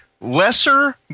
lesser